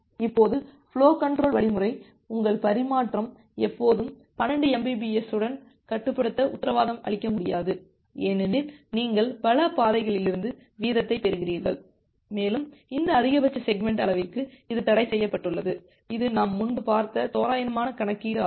இப்போது flow control வழிமுறை உங்கள் பரிமாற்றம் எப்போதும் 12 mbps வுடன் கட்டுப்படுத்த உத்தரவாதம் அளிக்க முடியாது ஏனெனில் நீங்கள் பல பாதைகளிலிருந்து வீதத்தைப் பெறுகிறீர்கள் மேலும் இந்த அதிகபட்ச செக்மெண்ட் அளவிற்கு இது தடைசெய்யப்பட்டுள்ளது இது நாம் முன்பு பார்த்த தோராயமான கணக்கீடு ஆகும்